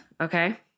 Okay